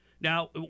Now